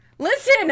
Listen